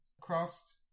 crossed